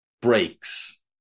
breaks